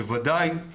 בוודאי.